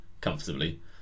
comfortably